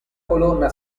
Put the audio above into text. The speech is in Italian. colonna